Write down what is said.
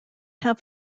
have